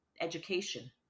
education